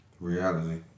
Reality